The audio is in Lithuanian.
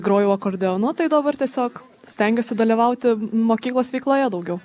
grojau akordeonu tai dabar tiesiog stengiuosi dalyvauti mokyklos veikloje daugiau